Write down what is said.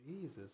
jesus